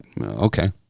Okay